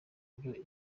ibyo